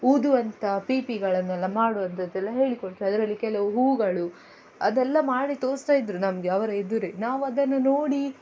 ಊದುವಂಥ ಪೀಪಿಗಳನ್ನೆಲ್ಲ ಮಾಡುವಂಥದ್ದೆಲ್ಲ ಹೇಳಿಕೊಡ್ತಾಯಿದ್ದರು ಅಲ್ಲಿ ಕೆಲವು ಹೂಗಳು ಅದೆಲ್ಲ ಮಾಡಿ ತೋರಿಸ್ತಾಯಿದ್ರು ನಮಗೆ ಅವರ ಎದುರೇ ನಾವದನ್ನು ನೋಡಿ